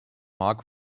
mark